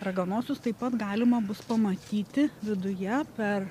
raganosius taip pat galima bus pamatyti viduje per